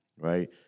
right